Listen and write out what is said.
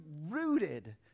rooted